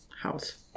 house